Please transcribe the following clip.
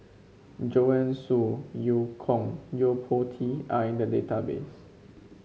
Joanne Soo Eu Kong Yo Po Tee are in the database